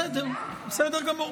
בסדר, בסדר גמור.